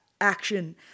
action